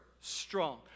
strong